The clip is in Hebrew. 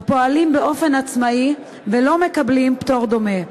הפועלים באופן עצמאי ולא מקבלים פטור דומה.